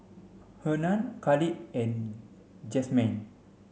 Hernan Khalid and Jazmyne